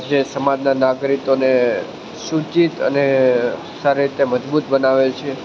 જે સમાજના નાગરિકોને સૂચિત અને સારી રીતે મજબૂત બનાવે છે